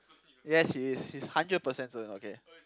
yes he is he's hundred percent 尊 okay